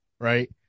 right